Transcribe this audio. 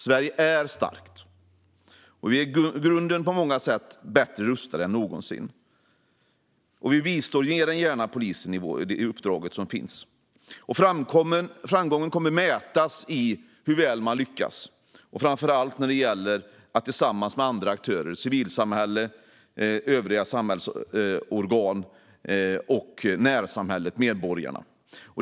Sverige är starkt och i grunden på många sätt bättre rustat än någonsin. Vi bistår mer än gärna polisen i dess uppdrag. Framgången kommer att mätas i hur väl man lyckas, framför allt tillsammans med andra aktörer, civilsamhälle, övriga samhällsorgan, närsamhället och medborgarna.